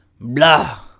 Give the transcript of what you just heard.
blah